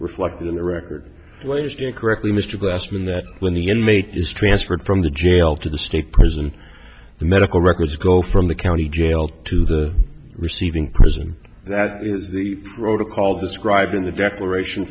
reflected in the record latest incorrectly mr glassman that when the inmate is transferred from the jail to the state prison the medical records go from the county jail to the receiving prison that is the protocol described in the declaration